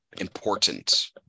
important